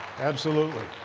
absolutely.